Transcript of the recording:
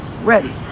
ready